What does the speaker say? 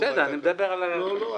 בסדר, אני מדבר על --- לא.